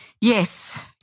Yes